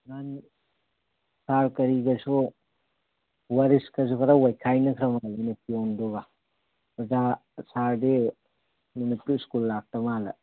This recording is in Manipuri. ꯃꯥꯟꯅꯤ ꯁꯥꯔ ꯀꯔꯤꯒꯁꯨ ꯋꯥꯔꯤꯁ ꯀꯁꯨ ꯈꯔ ꯋꯥꯏꯈꯥꯏꯅꯈ꯭ꯔ ꯃꯥꯜꯂꯤꯅꯦ ꯄꯤꯌꯣꯟꯗꯨꯒ ꯑꯣꯖꯥ ꯁꯥꯔꯗꯤ ꯅꯨꯃꯤꯠꯇꯨ ꯁ꯭ꯀꯨꯜ ꯂꯥꯛꯇ ꯃꯥꯜꯂꯦ